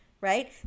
right